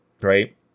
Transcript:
Right